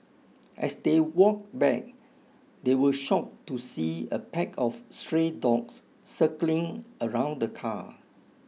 as they walked back they were shocked to see a pack of stray dogs circling around the car